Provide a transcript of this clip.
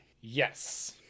Yes